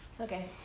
Okay